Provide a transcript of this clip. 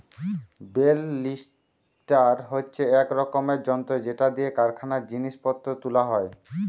bell lifter হচ্ছে এক রকমের যন্ত্র যেটা দিয়ে কারখানায় জিনিস পত্র তুলা হয়